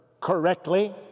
correctly